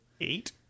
eight